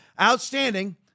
Outstanding